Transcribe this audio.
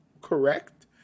correct